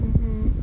mmhmm